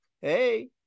Hey